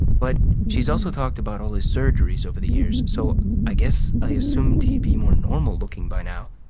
but she's also talked about all his surgeries over the years, so i guess i assumed he'd be more normal-looking by now.